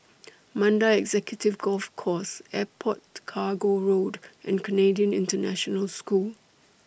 Mandai Executive Golf Course Airport Cargo Road and Canadian International School